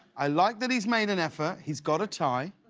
i like that he's made an effort. he's got a tie.